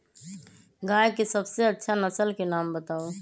गाय के सबसे अच्छा नसल के नाम बताऊ?